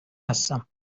هستم